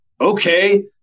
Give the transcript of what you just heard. okay